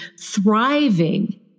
thriving